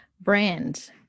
brand